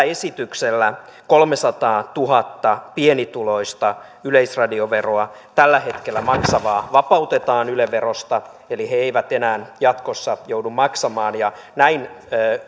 esityksellä kolmesataatuhatta pienituloista yleisradioveroa tällä hetkellä maksavaa vapautetaan yle verosta eli he eivät enää jatkossa joudu maksamaan ja näin